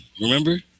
Remember